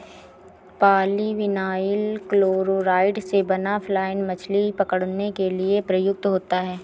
polyvinyl chloride से बना fly line मछली पकड़ने के लिए प्रयुक्त होता है